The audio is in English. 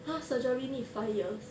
ha surgery need five years